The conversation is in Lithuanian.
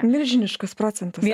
milžiniškas procentas